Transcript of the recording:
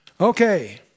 Okay